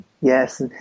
yes